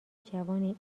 جوان